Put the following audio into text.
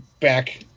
back